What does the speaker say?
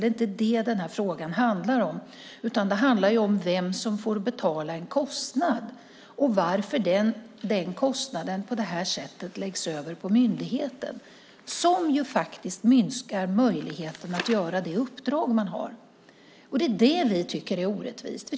Det är inte det frågan handlar om. Den handlar om vem som får betala en kostnad och varför den kostnaden på det här sättet läggs över på myndigheten, vilket faktiskt minskar möjligheten att utföra det uppdrag man har. Det är det vi tycker är orättvist.